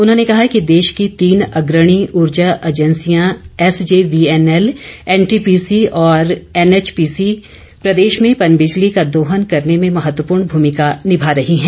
उन्होंने कहा कि देश की तीन अग्रणी ऊर्जा एजेंसिया एसजेवीएनएल एनटीपीसी और एनएचपीसी प्रॅदेश में पनबिजली का दोहन करने में महत्वपूर्ण भूमिका निभा रही हैं